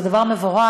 זה דבר מבורך.